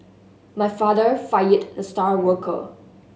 my father fired the star worker